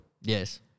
Yes